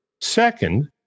Second